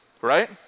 right